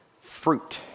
fruit